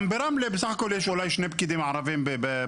גם ברמלה בסך הכול יש אולי יש פקידים ערבים בעירייה.